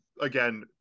again